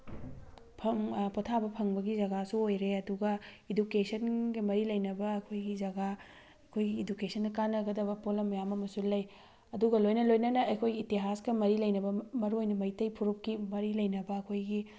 ꯐꯪ ꯄꯣꯊꯥꯕ ꯐꯪꯕꯒꯤ ꯖꯒꯥꯁꯨ ꯑꯣꯏꯔꯦ ꯑꯗꯨꯒ ꯏꯗꯨꯀꯦꯁꯟꯒ ꯃꯔꯤ ꯂꯩꯅꯕ ꯑꯩꯈꯣꯏꯒꯤ ꯖꯒꯥ ꯑꯩꯈꯣꯏꯒꯤ ꯏꯗꯨꯀꯦꯁꯟꯗ ꯀꯥꯅꯒꯗꯕ ꯄꯣꯠꯂꯝ ꯃꯌꯥꯝ ꯑꯃꯁꯨ ꯂꯩ ꯑꯗꯨꯒ ꯂꯣꯏꯅ ꯂꯣꯏꯅꯅ ꯑꯩꯈꯣꯏꯒꯤ ꯏꯇꯤꯍꯥꯁꯀ ꯃꯔꯤ ꯂꯩꯅꯕ ꯃꯔꯨ ꯑꯣꯏꯅ ꯃꯩꯇꯩ ꯐꯨꯔꯨꯞꯀꯤ ꯃꯔꯤ ꯂꯩꯅꯕ ꯑꯩꯈꯣꯏꯒꯤ